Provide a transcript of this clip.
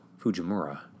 Fujimura